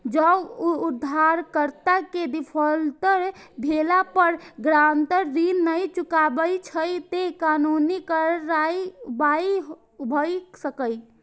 जौं उधारकर्ता के डिफॉल्टर भेला पर गारंटर ऋण नै चुकबै छै, ते कानूनी कार्रवाई भए सकैए